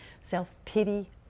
self-pity